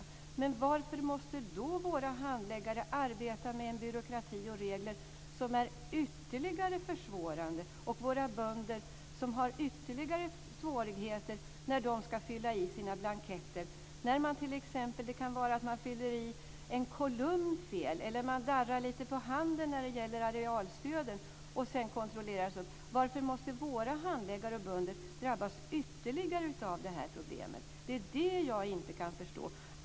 Men varför måste då våra handläggare arbeta med en byråkrati och regler som försvårar ytterligare? Våra bönder får därmed ytterligare svårigheter när de ska fylla i sina blanketter. Det kan vara så att de fyller i en kolumn fel eller att de darrar lite grann på handen när det gäller arealstödet och sedan kontrolleras. Varför måste våra handläggare och bönder drabbas ytterligare av detta problem? Det är det som jag inte kan förstå.